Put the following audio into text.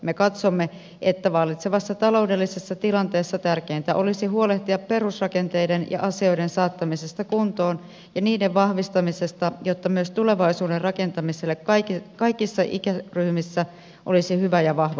me katsomme että vallitsevassa taloudellisessa tilanteessa tärkeintä olisi huolehtia perusrakenteiden ja asioiden saattamisesta kuntoon ja niiden vahvistamisesta jotta myös tulevaisuuden rakentamiselle kaikissa ikäryhmissä olisi hyvä ja vahva pohja